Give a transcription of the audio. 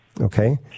Okay